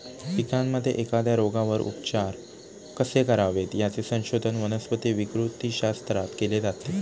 पिकांमध्ये एखाद्या रोगावर उपचार कसे करावेत, याचे संशोधन वनस्पती विकृतीशास्त्रात केले जाते